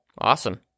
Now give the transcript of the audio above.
Awesome